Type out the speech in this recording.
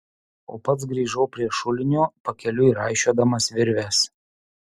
o pats grįžau prie šulinio pakeliui raišiodamas virves